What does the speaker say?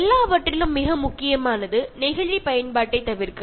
எல்லாவற்றிலும் மிக முக்கியமானது நெகிழி பயன்பாட்டை தவிர்க்கவும்